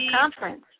conference